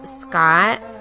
Scott